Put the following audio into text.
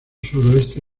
sureste